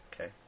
Okay